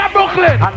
Brooklyn